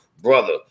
Brother